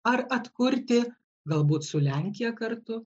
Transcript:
ar atkurti galbūt su lenkija kartu